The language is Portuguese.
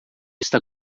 está